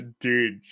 dude